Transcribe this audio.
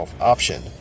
option